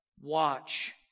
Watch